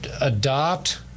adopt